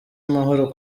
amahoro